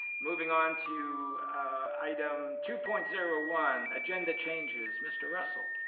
moving on to item two point zero one. agenda changes, mr. russel.